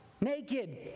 naked